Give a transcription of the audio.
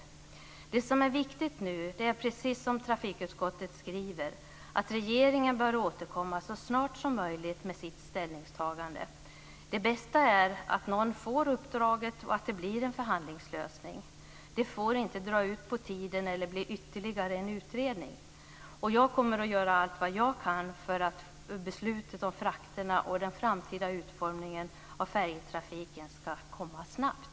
Det som är viktigt nu är, precis som trafikutskottet skriver, att regeringen bör återkomma så snart som möjligt med sitt ställningstagande. Det bästa är att någon får uppdraget och att det bli en förhandlingslösning. Det får inte dra ut på tiden eller bli ytterligare en utredning. Och jag kommer att göra allt som jag kan för att beslutet om frakterna och den framtida utformningen av färjetrafiken ska komma snabbt.